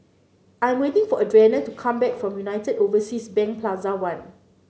I'm waiting for Adrianna to come back from United Overseas Bank Plaza One